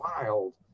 Wild